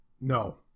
No